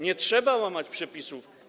Nie trzeba łamać przepisów.